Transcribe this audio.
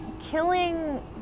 killing